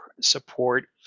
support